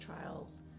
trials